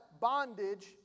bondage